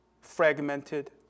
fragmented